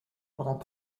pendant